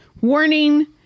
warning